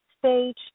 stage